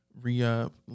re-up